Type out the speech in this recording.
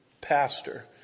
pastor